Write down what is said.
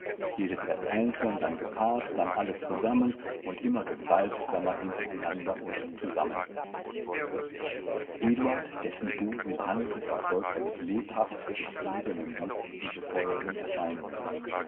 jedes erst einzeln dann gepaart dann alle zusammen und immer gewaltsamer hintereinander und zusammen eduard dessen busen brannte verfolgte mit lebhaft zufriedenem blick diese feurigen erscheinungen